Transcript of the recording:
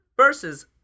versus